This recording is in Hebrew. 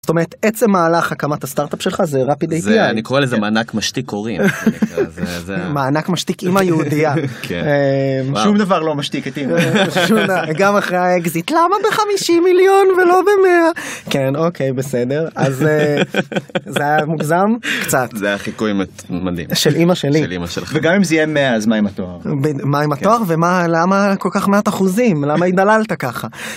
זאת אומרת עצם מהלך הקמת הסטארט-אפ שלך זה rapid API. אני קורא לזה מענק משתיק הורים. מענק משתיק אמא היהודיה. שום דבר לא משתיק את אמא. גם אחרי האקזיט, למה בחמישים מיליון ולא במאה. כן אוקיי, בסדר. אז זה היה מוגזם. קצת. זה היה חיקוי מדהים. של אמא שלי. של אמא שלך. וגם אם זה יהיה 100 אז מה עם התואר ומה עם התואר. ומה למה כל כך מעט אחוזים למה הדללת ככה.